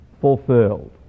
fulfilled